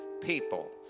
people